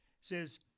says